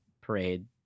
parade